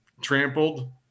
trampled